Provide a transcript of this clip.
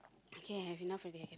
okay I have already I can